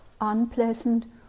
unpleasant